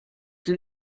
den